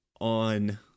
on